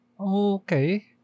okay